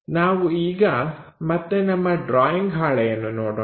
ನಾವು ಈಗ ಮತ್ತೆ ನಮ್ಮ ಡ್ರಾಯಿಂಗ್ ಹಾಳೆಯನ್ನು ನೋಡೋಣ